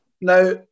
Now